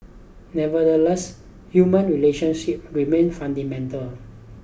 nevertheless human relationships remain fundamental